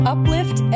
Uplift